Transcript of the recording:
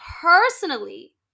personally